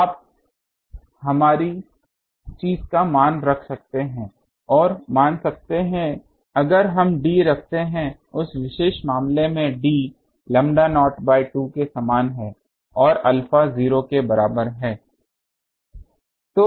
तो आप हमारी चीज़ का मान रख सकते हैं और मान सकते हैं अगर हम d रखते हैं उस विशेष मामले में d lambda नॉट बाय 2 के समान है और अल्फा 0 के बराबर है